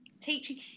teaching